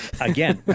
again